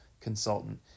consultant